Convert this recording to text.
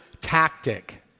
tactic